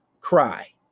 cry